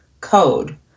code